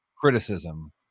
criticism